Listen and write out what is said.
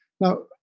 Now